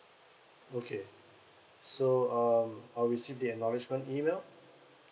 okay so um I'll receive the acknowledgement email